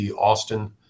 Austin